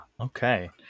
Okay